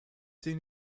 soon